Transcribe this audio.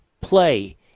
play